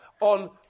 on